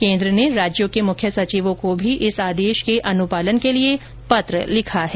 केन्द्र सरकार ने राज्यों के मुख्य सचिवों को भी इस आदेश के अनुपालन के लिए पत्र लिखा है